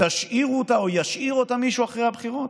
ישאיר אותה מישהו אחרי הבחירות?